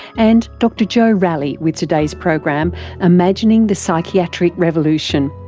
and dr joe ralley with today's program imagining the psychiatric revolution.